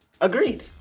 Agreed